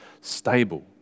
Stable